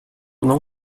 não